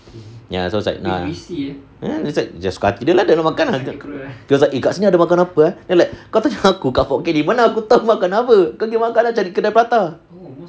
ya so it's like err suka hati dia nak makan lah he was kat sini ada makan apa eh you are like kau tanya aku kat fort canning mana aku tahu makan apa kau gi makan cari kedai prata